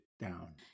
down